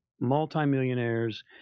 multimillionaires